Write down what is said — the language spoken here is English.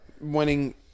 winning